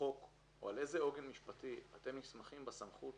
חוק או על איזה עוגן משפטי אתם נסמכים בסמכות